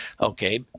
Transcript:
okay